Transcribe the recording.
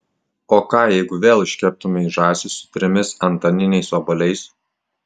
o ką jeigu vėl iškeptumei žąsį su trimis antaniniais obuoliais